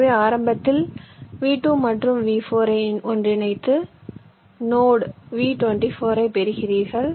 எனவே ஆரம்பத்தில் V2 மற்றும் V4 ஐ ஒன்றிணைத்து நோடு V24 ஐப் பெறுகிறீர்கள்